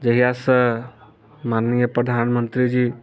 जहिया सँ माननीय प्रधानमन्त्री जी